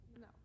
No